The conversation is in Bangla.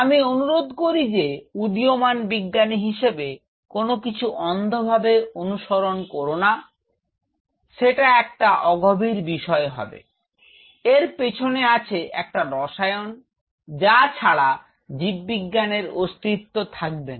আমি অনুরোধ করি যে উদীয়মান বিজ্ঞানী হিসেবে কোনও কিছু অন্ধভাবে অনুসরণ কোর না সেটা একটা অগভীর বিষয় হবে এর পিছনে আছে একটা রসায়ন যা ছাড়া জীবনবিজ্ঞানের অস্তিত্ব থাকবে না